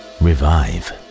revive